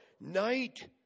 night